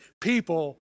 people